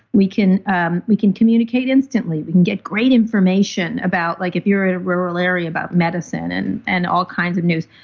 we can ah we can communicate instantly, we can get great information about like if you're in a rural area about medicine and and all kinds of news.